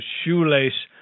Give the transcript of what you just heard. shoelace